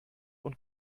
und